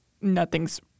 nothing's